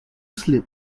slip